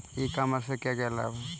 ई commerce के क्या क्या लाभ हैं?